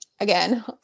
again